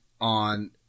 on